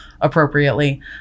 appropriately